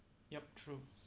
yup true